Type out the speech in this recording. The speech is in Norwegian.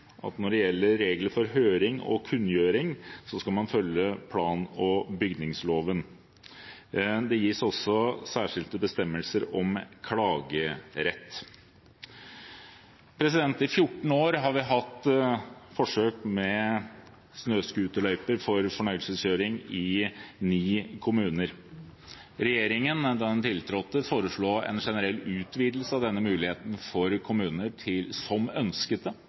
at når det gjelder regler for høring og kunngjøring, skal man følge plan- og bygningsloven. Det gis også særskilte bestemmelser om klagerett. I 14 år har vi hatt forsøk med snøscooterløyper for fornøyelseskjøring i ni kommuner. Regjeringen, da den tiltrådte, foreslo en generell utvidelse av denne muligheten for kommuner som ønsket